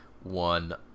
one